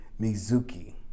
Mizuki